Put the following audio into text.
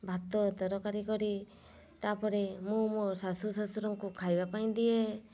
ଭାତ ତରକାରୀ କରି ତାପରେ ମୁଁ ମୋ ଶାଶୁ ଶ୍ଵଶୁରଙ୍କୁ ଖାଇବା ପାଇଁ ଦିଏ